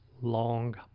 long